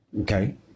Okay